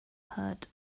heard